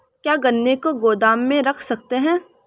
क्या गन्ने को गोदाम में रख सकते हैं?